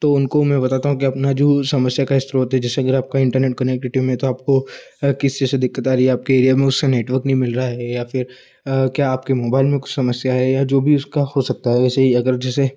तो उनको मैं बताता हूँ कि अपना जो समस्या का स्रोत है जैसा कि आपका इंटरनेट कनेन्टिविटी में तो आपको अगर किसी चीज़ से दिकक्त आ रही है आपके एरिया में उससे नेटवर्क नहीं मिल रहा है या फिर क्या आपके मोबाइल में कुछ समस्या है या जो भी उसका हो सकता है ऐसे ही अगर जैसे